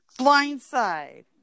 Blindside